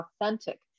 authentic